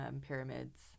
pyramids